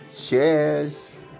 Cheers